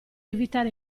evitare